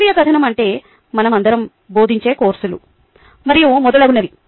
శాస్త్రీయ కథనం అంటే మనమందరం బోధించే కోర్సులు మరియు మొదలగునవి